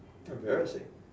embarrassing